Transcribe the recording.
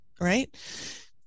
right